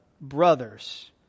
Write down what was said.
brothers